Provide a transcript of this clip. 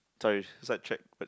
sorry side track but